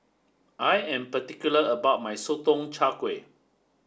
I am particular about my Sotong Char Kway